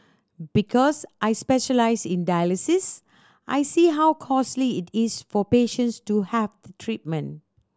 because I specialise in dialysis I see how costly it is for patients to have treatment